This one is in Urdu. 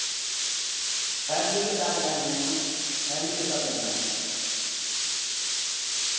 فیملی کے ساتھ رہیں گے ہم فیملی کے ساتھ رہنا ہے ہم کو